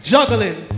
Juggling